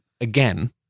again